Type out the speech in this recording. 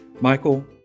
Michael